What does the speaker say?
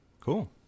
Cool